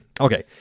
okay